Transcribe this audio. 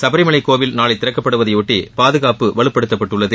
சபரிமலை கோவில் நாளை திறக்கப்படுவதையொட்டி பாதுகாப்பு வலுப்படுத்தப்பட்டுள்ளது